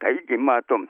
taigi matom